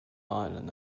island